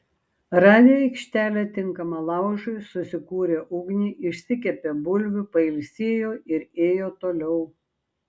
radę aikštelę tinkamą laužui susikūrė ugnį išsikepė bulvių pailsėjo ir ėjo toliau